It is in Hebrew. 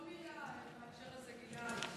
כל מילה בהקשר הזה, גלעד.